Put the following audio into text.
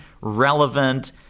relevant